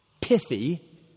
pithy